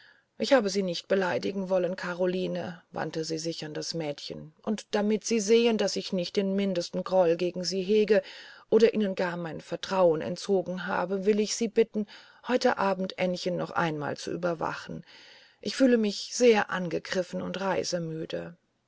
ich habe sie nicht beleidigen wollen karoline wandte sie sich an das mädchen und damit sie sehen daß ich nicht den mindesten groll gegen sie hege oder ihnen gar mein vertrauen entzogen habe will ich sie bitten heute abend aennchen noch einmal zu überwachen ich fühle mich sehr angegriffen und